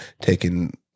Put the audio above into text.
taking